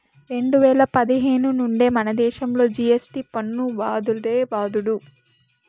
రెండు వేల పదిహేను నుండే మనదేశంలో జి.ఎస్.టి పన్ను బాదుడే బాదుడు